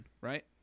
right